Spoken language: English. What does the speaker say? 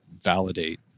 validate